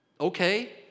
Okay